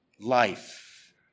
life